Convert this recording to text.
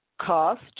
Cost